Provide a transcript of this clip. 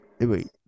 Wait